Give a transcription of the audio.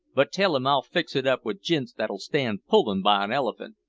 but tell him i'll fix it up with jints that'll stand pullin' by an elephant,